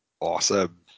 Awesome